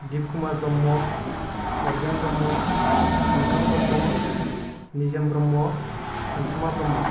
Deep Kumar Brahma Argen Brahma Sankhang Brahma Nijom Brahma Sansuma Brahma